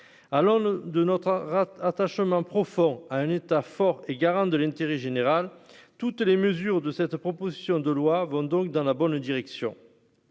alors de notre rate attachement profond à un État fort et garant de l'intérêt général, toutes les mesures de cette proposition de loi vont donc dans la bonne direction,